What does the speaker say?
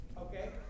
Okay